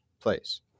place